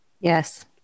Yes